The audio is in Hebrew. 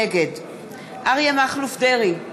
נגד אריה מכלוף דרעי,